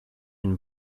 une